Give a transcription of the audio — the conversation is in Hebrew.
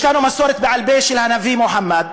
יש לנו מסורת בעל-פה של הנביא מוחמד.